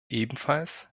ebenfalls